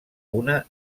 una